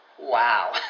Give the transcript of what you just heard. wow